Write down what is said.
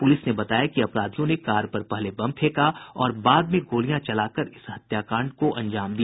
police ने बताया कि अपराधियों ने कार पर पहले बम फेंका और बाद में गोलियां चलाकर इस हत्याकांड को अंजाम दिया